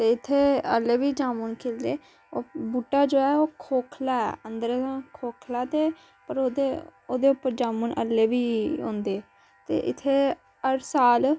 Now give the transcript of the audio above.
ते इ'त्थें हालै बी जामुन खिल्लदे ओह् बूह्टा जो ऐ ओह् खोखला ऐ अंदरें दा खोखला ऐ ते पर ओह्दे ओह्दे उप्पर जामुन हालै बी होंदे ते इ'त्थें हर साल